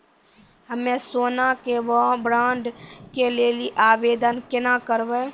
हम्मे सोना के बॉन्ड के लेली आवेदन केना करबै?